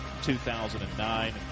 2009